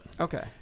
Okay